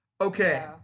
Okay